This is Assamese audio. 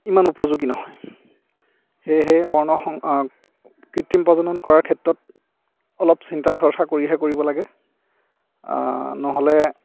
ইমান উপযোগী নহয় সেয়েহে বৰ্ণ শ কৃত্ৰিম প্ৰজনন কৰাৰ ক্ষেত্ৰত অলপ চিন্তা চৰ্চা কৰিহে কৰিব লাগে নহ'লে